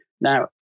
now